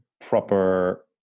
proper